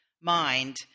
mind